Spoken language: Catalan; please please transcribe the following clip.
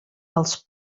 als